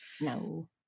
no